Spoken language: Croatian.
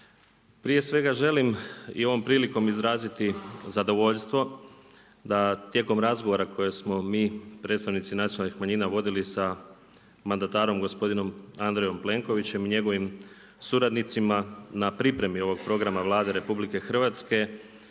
Prije svega želim i ovom prilikom izraziti zadovoljstvo da tijekom razgovora koje smo mi predstavnici nacionalnih manjina vodili sa mandatarom gospodinom Andrejom Plenkovićem i njegovim suradnicima na pripremi ovog programa Vlade RH. Mislim da smo